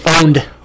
owned